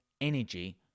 energy